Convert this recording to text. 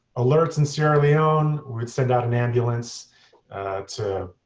alerts in sierra leone we would send out an ambulance to